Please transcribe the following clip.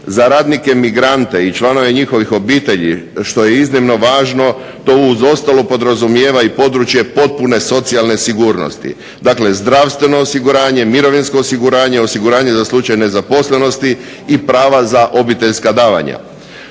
Za radnike migrante i članove njihovih obitelji što je iznimno važno to uz ostalo podrazumijeva i područje potpune socijalne sigurnosti. Dakle zdravstveno osiguranje, mirovinsko osiguranje, osiguranje za slučaj nezaposlenosti i prava za obiteljska davanja.